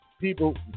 people